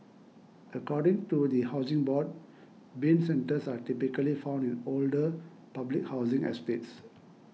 according to the Housing Board Bin centres are typically found in older public housing estates